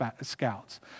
scouts